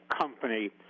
company